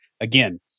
again